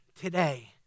today